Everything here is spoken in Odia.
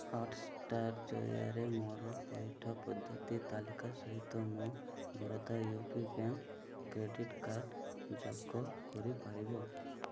ହଟ୍ଷ୍ଟାର୍ ଜରିଆରେ ମୋର ପଇଠ ପଦ୍ଧତି ତାଲିକା ସହିତ ମୋ Baroda U P bank credit card ଯୋଗ କରିପାରିବ